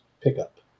pickup